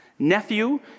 Nephew